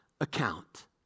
account